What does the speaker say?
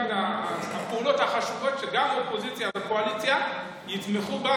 זו אחת הפעולות החשובות שגם אופוזיציה וקואליציה יתמכו בה,